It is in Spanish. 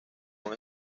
con